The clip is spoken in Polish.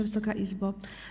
Wysoka Izbo!